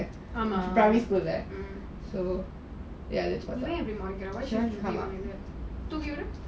primary school there